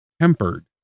tempered